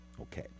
okay